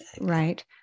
right